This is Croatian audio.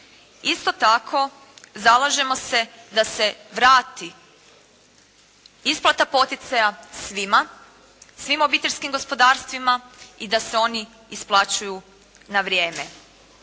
Isto tako zalažemo se da se vrati isplata poticajima svima, svim obiteljskim gospodarstvima i da se oni isplaćuju na vrijeme.